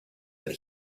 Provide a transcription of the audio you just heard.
that